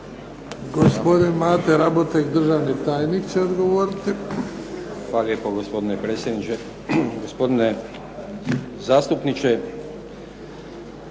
Gospodin Mate Raboteg, državni tajnik će odgovoriti. **Raboteg, Mate** Hvala lijepo gospodine ministre. Gospodine zastupniče,